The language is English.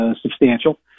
substantial